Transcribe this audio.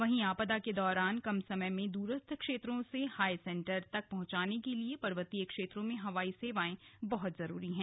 वहीं आपदा के दौरान कम समय में दूरस्थ क्षेत्रों से हायर सेंटर तक पहुंचाने के लिए पर्वतीय क्षेत्रों में हवाई सेवाएं बहुत जरूरी हैं